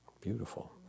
beautiful